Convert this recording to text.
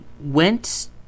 went